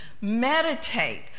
meditate